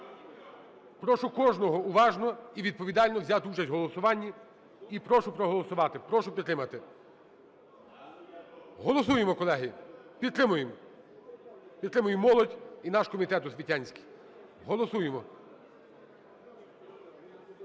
Прошу кожного уважно і відповідально взяти участь у голосуванні, і прошу проголосувати, прошу підтримати. Голосуємо, колеги. Підтримуємо, підтримуємо молодь і наш комітет освітянський, голосуємо.